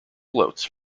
floats